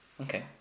Okay